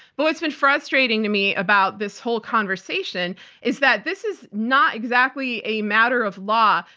but it's been frustrating to me about this whole conversation is that this is not exactly a matter of law,